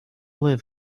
liv